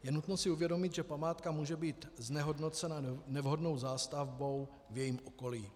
Je nutno si uvědomit, že památka může být znehodnocena nevhodnou zástavbou v jejím okolí.